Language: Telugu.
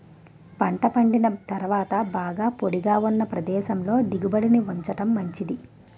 పంట పండిన తరువాత బాగా పొడిగా ఉన్న ప్రదేశంలో దిగుబడిని ఉంచడం మంచిది